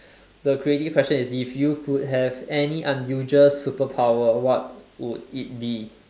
the creative question is if you could have any unusual superpower what would it be